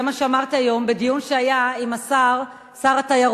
זה מה שאמרת היום בדיון שהיה עם שר התיירות,